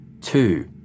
Two